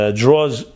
draws